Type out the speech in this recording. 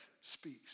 speaks